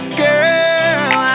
girl